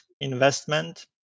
investment